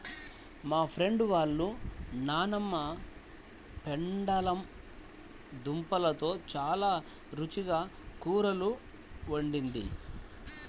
మా ఫ్రెండు వాళ్ళ నాన్నమ్మ పెండలం దుంపలతో చాలా రుచిగా కూరలు వండిద్ది